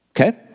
Okay